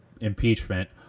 impeachment